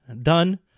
done